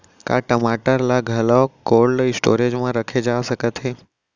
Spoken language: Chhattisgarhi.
का टमाटर ला घलव कोल्ड स्टोरेज मा रखे जाथे सकत हे?